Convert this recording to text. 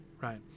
right